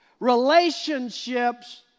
relationships